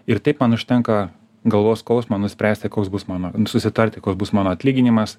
ir taip man užtenka galvos skausmą nuspręsti koks bus mano susitarti bus mano atlyginimas